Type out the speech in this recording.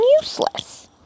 useless